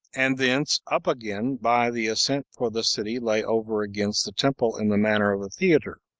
and thence up again by the ascent for the city lay over against the temple in the manner of a theater,